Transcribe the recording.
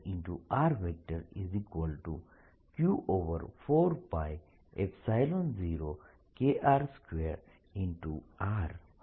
EQ4π0Kr2 r હશે